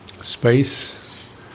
space